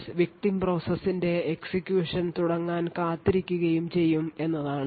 അടുത്തതായി സംഭവിക്കുന്നത് spy process victim process ന്റെ execution തുടങ്ങാൻ കാത്തിരിക്കുകയും ചെയ്യുന്നു എന്നതാണ്